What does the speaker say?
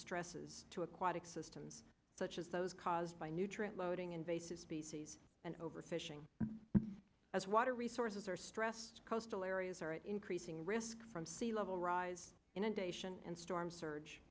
stresses to aquatic systems such as those caused by nutrient loading invasive species and overfishing as water resources are stressed coastal areas are increasing risk from sea level rise inundation and storm surge